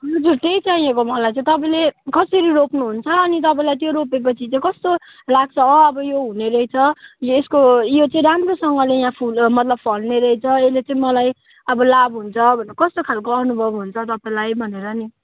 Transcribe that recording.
हजुर त्यही चाहिएको मलाई चाहिँ तपाईँले कसरी रोप्नुहुन्छ अनि तपाईँलाई त्यो रोपेपछि चाहिँ कस्तो लाग्छ अब यो हुने रहेछ यसको यो चाहिँ राम्रोसँगले यहाँ फुल मतलब फल्ने रहेछ यसले चाहिँ मलाई अब लाभ हुन्छ भनेर कस्तो खालको अनुभव हुन्छ तपाईँलाई भनेर नि